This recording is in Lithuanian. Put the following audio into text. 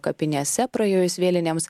kapinėse praėjus vėlinėms